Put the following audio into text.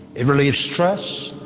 it relives stress,